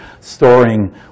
storing